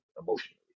emotionally